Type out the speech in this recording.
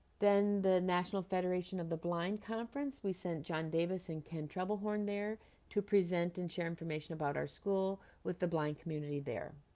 then the national federation of the blind conference we sent john davis and ken trouble horn there to present and share information about our school with the blind community there